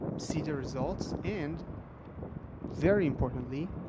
see the results, and very importantly,